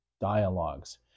Dialogues